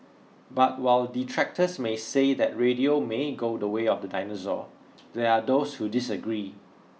but while detractors may say that radio may go the way of the dinosaur there are those who disagree